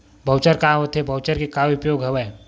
Voucher का होथे voucher के का उपयोग हवय?